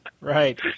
right